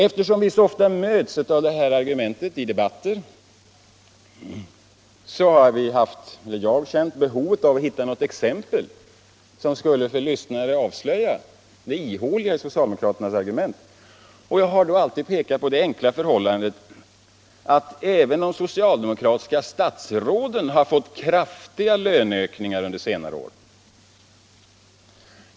Eftersom vi så ofta möts av detta argument i debatter, har jag känt behov av att hitta något exempel som för lyssnarna skulle avslöja det ihåliga i socialdemokraternas argument. Jag har då alltid pekat på det enkla förhållandet att även de socialdemokratiska statsråden har fått kraftiga löneökningar under senare år.